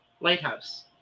lighthouse